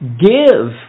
give